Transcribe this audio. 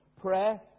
Prayer